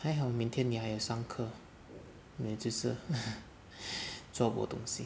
还好明天你还有上课不然就是做我东西